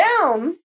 down